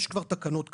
יש כבר תקנות קיימות.